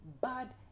bad